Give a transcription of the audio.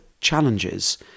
challenges